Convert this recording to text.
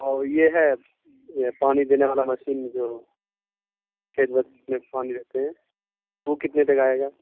اور یہ ہے یہ پانی دینے والا مشین جو کھیت ویت میں پانی دیتے ہیں وہ کتنے تک آئے گا